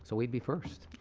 so would be first.